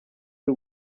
y’u